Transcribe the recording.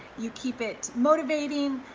you keep it motivating,